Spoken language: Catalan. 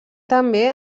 també